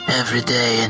everyday